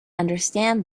understand